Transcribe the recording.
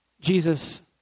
Jesus